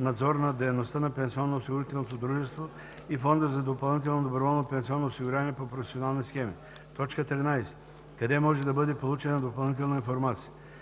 надзор над дейността на пенсионноосигурителното дружество и фонда за допълнително доброволно пенсионно осигуряване по професионални схеми; 13. къде може да бъде получена допълнителна информация.